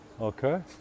Okay